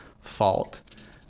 fault